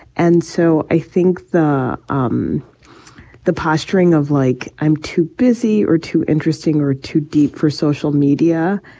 and so i think the um the posturing of like i'm too busy or too interesting or too deep for social media.